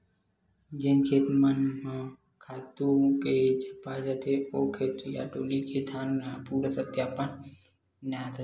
जेन खेत मन म माहूँ रोग ह झपा जथे, ओ खेत या डोली के धान ह पूरा सत्यानास हो जथे